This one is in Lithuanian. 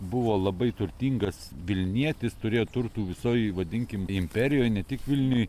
buvo labai turtingas vilnietis turėjo turtų visoj vadinkim imperijoj ne tik vilniuj